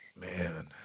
Man